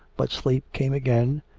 but sleep came again,